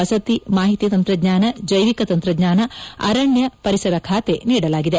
ವಸತಿ ಮಾಹಿತಿ ತಂತ್ರಜ್ಞಾನ ಜೈವಿಕ ತಂತ್ರಜ್ಞಾನ ಅರಣ್ಯ ಪರಿಸರ ಖಾತೆ ನೀಡಲಾಗಿದೆ